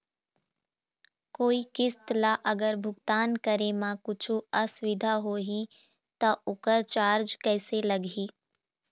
कोई किस्त ला अगर भुगतान करे म कुछू असुविधा होही त ओकर चार्ज कैसे लगी?